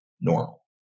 normal